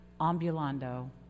ambulando